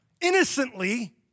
innocently